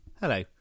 Hello